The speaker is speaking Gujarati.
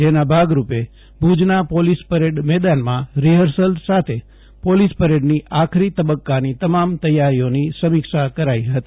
જેના ભાગરૂપે ભુજના પોલીસ પરેડ મેદાનમાં રીહર્સલ સાથે પોલીસ પરેડની આખરી તબકકાની તમામ તેયારીઓની સમીક્ષા કરાઇ હતી